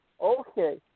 Okay